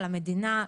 למדינה,